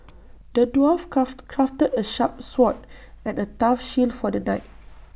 the dwarf crafted crafted A sharp sword and A tough shield for the knight